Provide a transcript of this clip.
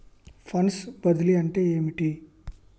Funds బదిలీ అంటే ఏమిటి?